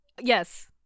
Yes